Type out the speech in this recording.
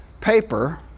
paper